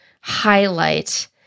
highlight